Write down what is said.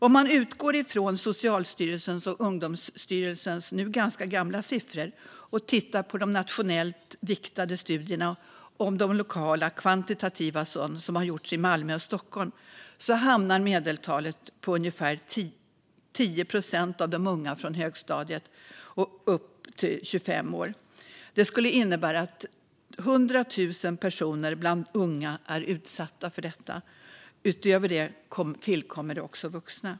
Om man utgår från Socialstyrelsens och Ungdomsstyrelsens nu ganska gamla siffror och tittar på de nationellt viktade studierna och de lokala kvantitativa sådana som har gjorts i Malmö och Stockholm hamnar medeltalet på ungefär 10 procent av de unga från högstadiet och upp till 25 års ålder. Det skulle innebära att 100 000 personer bland unga är utsatta för detta. Utöver det tillkommer också vuxna.